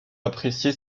apprécier